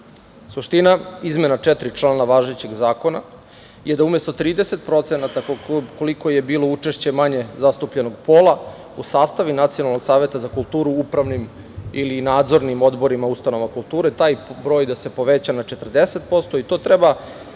izmena četiri člana važećeg zakona je da umesto 30%, koliko je bilo učešće manje zastupljenog pola, u sastave Nacionalnog saveta za kulturu, u upravnim ili nadzornim odborima ustanova kulture, taj broj da se poveća na 40% i to treba sagledavati